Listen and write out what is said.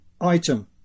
Item